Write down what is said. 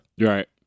Right